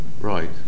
Right